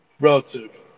relative